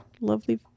lovely